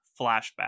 flashback